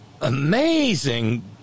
amazing